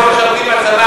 גם אם הם לא משרתים בצבא,